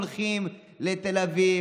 הולכים לתל אביב,